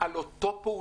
על אותה פעולה,